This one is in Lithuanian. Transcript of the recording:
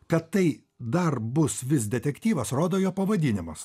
kad tai dar bus vis detektyvas rodo jo pavadinimas